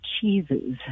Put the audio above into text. cheeses